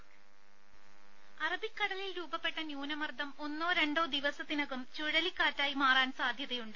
audio രുദ അറബിക്കടലിൽ രൂപപ്പെട്ട ന്യൂനമർദ്ദം ഒന്നോ രണ്ടോ ദിവസത്തിനകം ചുഴലിക്കാറ്റായി മാറാൻ സാധ്യതയുണ്ട്